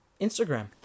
Instagram